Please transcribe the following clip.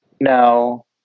no